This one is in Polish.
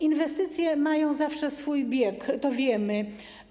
Inwestycje mają zawsze swój bieg, to wiemy.